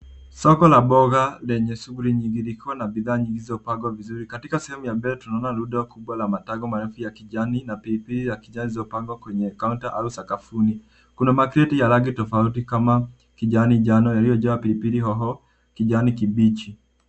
Soko la mboga lenye shughuli nyingi likiwa na bidhaa nyingi zilizopangwa vizuri. Katika sehemu ya mbele tunaona rundo kubwa la matango marefu ya kijani na pilipili ya kijani zilizopangwa kwenye kauta au sakafuni. Kuna makreti ya rangi tofauti kama kijani, njano yaliyojaa pilipili hoho kijani kibichi.